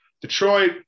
Detroit